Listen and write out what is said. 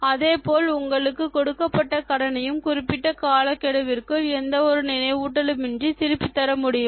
அதேபோல் உங்களுக்கு கொடுக்கப்பட்ட கடனையும் குறிப்பிட்ட காலக்கெடுவிற்குள் எந்த ஒரு நினைவூட்டலுமின்றி திருப்பித் தர முடியுமா